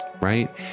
Right